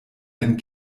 ein